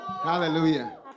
Hallelujah